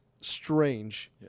strange